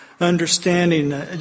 understanding